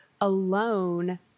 alone